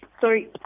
Sorry